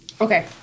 Okay